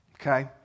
Okay